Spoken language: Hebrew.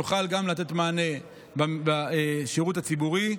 נוכל גם לתת מענה בשירות הציבורי.